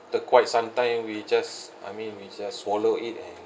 the quite sometime we just I mean we just swallow it and